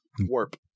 warp